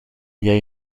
jij